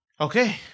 Okay